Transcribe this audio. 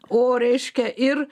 o reiškia ir